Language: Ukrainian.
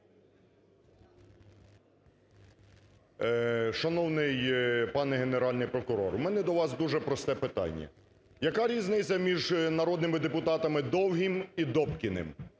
Шановний пане Генеральний прокурор, у мене до вас дуже просте питання. Яка різниця між народними депутатами Довгим і Добкіним?